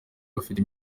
bafite